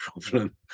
problem